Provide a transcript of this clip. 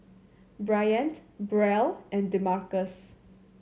Bryant Brielle and Demarcus